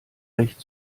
recht